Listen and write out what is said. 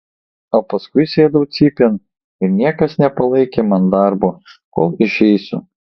o paskui sėdau cypėn ir niekas nepalaikė man darbo kol išeisiu